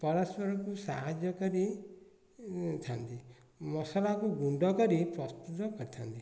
ପରସ୍ପରକୁ ସାହାଯ୍ୟ କରି ଥାଆନ୍ତି ମସଲାକୁ ଗୁଣ୍ଡ କରି ପ୍ରସ୍ତୁତ କରିଥାଆନ୍ତି